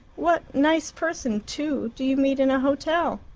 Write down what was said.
what nice person, too, do you meet in a hotel?